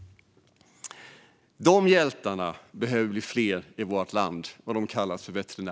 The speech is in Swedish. Dessa hjältar som kallas veterinärer behöver bli fler i vårt land.